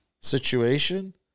situation